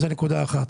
זו נקודה אחת.